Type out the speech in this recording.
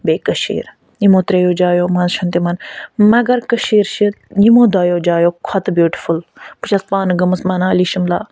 بیٚیہِ کٔشیٖر یِمَو ترٛیٚیو جایَو منٛز چھِنہٕ تِمَن مگر کٔشیٖر چھےٚ یِمَو دۄیَو جایَو کھۄتہٕ بیوٗٹِفُل بہٕ چھَس پانہٕ گٔمژ منالی شِملا